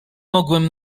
mogłem